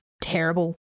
terrible